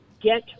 get